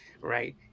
right